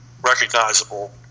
recognizable